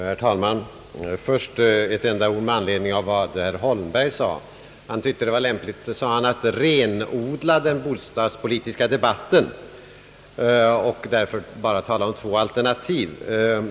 Herr talman! Först ett par ord med anledning av vad herr Holmberg sade. Herr Holmberg tyckte att det var lämpligt att renodla den bostadspolitiska debatten och därför bara tala om två alternativ.